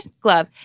glove